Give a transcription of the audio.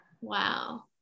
Wow